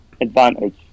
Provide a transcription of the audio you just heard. advantage